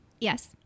yes